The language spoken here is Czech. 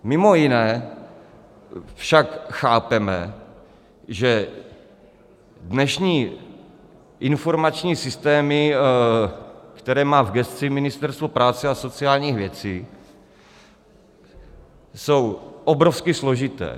Mimo jiné však chápeme, že dnešní informační systémy, které má v gesci Ministerstvo práce a sociálních věcí, jsou obrovsky složité.